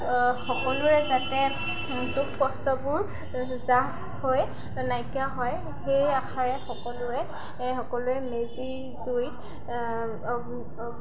সকলোৰে যাতে দুখ কষ্টবোৰ জাহ হৈ নাইকিয়া হয় সেই আশাৰে সকলোৰে সকলোৱে মেজি জুইত